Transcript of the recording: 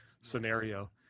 scenario